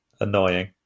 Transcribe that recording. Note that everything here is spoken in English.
Annoying